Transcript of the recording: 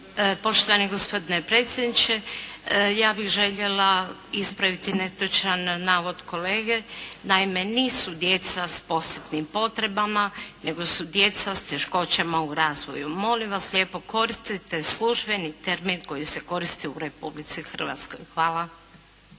Poštovani gospodine predsjedniče. Ja bih željela ispraviti netočan navod kolege. Naime, nisu djeca s posebnim potrebama, nego su djeca s teškoćama u razvoju. Molim vas lijepo, koristite službeni termin koji se koristi u Republici Hrvatskoj. Hvala.